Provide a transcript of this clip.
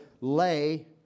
lay